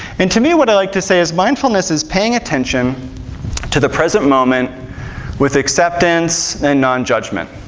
and to me, what i like to say is mindfulness is paying attention to the present moment with acceptance and non-judgment.